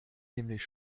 nämlich